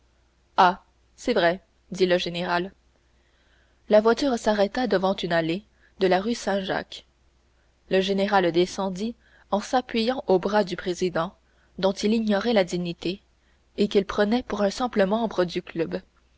c'est vrai dit le général la voiture s'arrêta devant une allée de la rue saint-jacques le général descendit en s'appuyant au bras du président dont il ignorait la dignité et qu'il prenait pour un simple membre du club